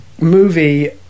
movie